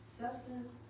substance